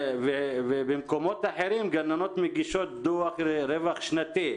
ובמקומות אחרים הגננות מגישות דו"ח רווח שנתי,